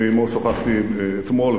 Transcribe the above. שעמו שוחחתי אתמול,